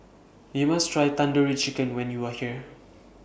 YOU must Try Tandoori Chicken when YOU Are here